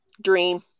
Dream